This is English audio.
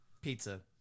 Pizza